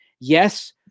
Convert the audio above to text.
Yes